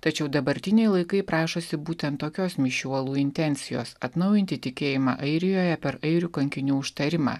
tačiau dabartiniai laikai prašosi būtent tokios mišių uolų intencijos atnaujinti tikėjimą airijoje per airių kankinių užtarimą